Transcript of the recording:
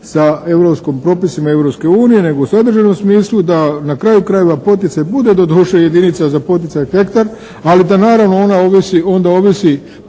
sa europskom, propisima Europske unije nego u sadržajnom smislu. Da na kraju krajeva poticaj bude doduše jedinica za poticaj hektar, ali da naravno onda ona ovisi